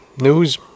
news